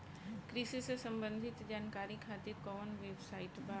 कृषि से संबंधित जानकारी खातिर कवन वेबसाइट बा?